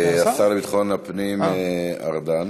השר לביטחון הפנים, ארדן.